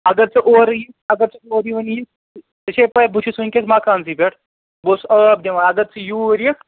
اگر ژٕ اَورٕ یِکھ اَگر ژٕ اَورٕ یِوُن یِکھ ژےٚ چھےٚ پےَ بہٕ چھُس ؤنکیٚن مَکانٛسٕے پٮ۪ٹھ بہٕ اوسُس آب دِوان اَگر ژٕ یوٗرۍ یِکھ